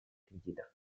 кредитов